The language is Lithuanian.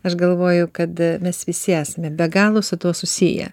aš galvoju kad mes visi esame be galo su tuo susiję